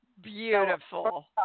beautiful